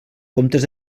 comptes